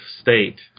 state